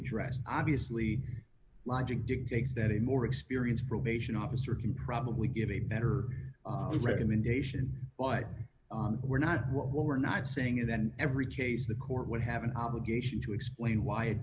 addressed obviously logic dictates that a more experienced probation officer can probably get a better recommendation by we're not what we're not saying it and every case the court would have an obligation to explain why it